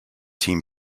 team